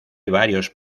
varios